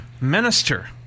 minister